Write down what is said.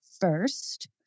first